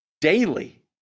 daily